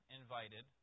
invited